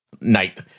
night